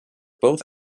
both